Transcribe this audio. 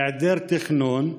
מהיעדר תכנון,